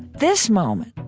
this moment,